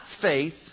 faith